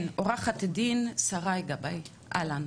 כן, עו"ד שריי גבאי, אהלן.